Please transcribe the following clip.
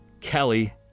Kelly